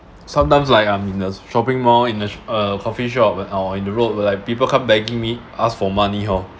sometimes like I'm in a shopping mall in the a coffeeshop or in the road will like people come begging me asked for money hor